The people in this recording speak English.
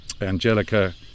Angelica